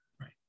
right